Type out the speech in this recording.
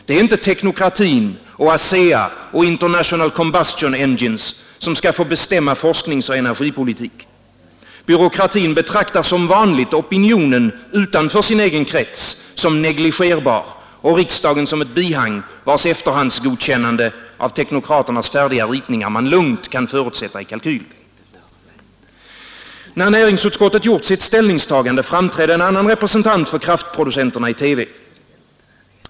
Det är inte teknokratin och ASEA och International Combustion Engines som skall få bestämma forskningsoch energipolitik. Byråkratin betraktar som vanligt opinionen utanför sin egen krets som negligerbar och riksdagen som ett bihang, vars efterhandsgodkännande av teknokraternas färdiga ritningar man lugnt kan förutsätta i kalkylen. Sedan näringsutskottet gjort sitt ställningstagande framträdde en annan representant för kraftproducenterna i TV.